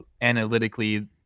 analytically